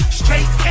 straight